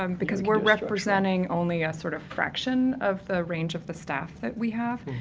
um because we're representing only a sort of fraction of the range of the staff that we have.